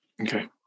Okay